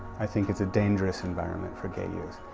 i think it's a dangerous environment for gay youth.